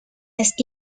las